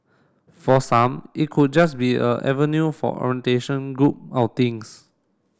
for some it could just be a avenue for orientation group outings